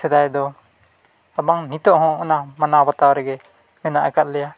ᱥᱮᱫᱟᱭ ᱫᱚ ᱟᱨ ᱵᱟᱝ ᱱᱤᱛᱚᱜ ᱦᱚᱸ ᱚᱱᱟ ᱢᱟᱱᱟᱣ ᱵᱟᱛᱟᱣ ᱨᱮᱜᱮ ᱢᱮᱱᱟᱜ ᱟᱠᱟᱫ ᱞᱮᱭᱟ